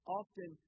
often